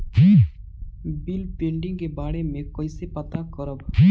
Bill pending के बारे में कईसे पता करब?